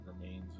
remains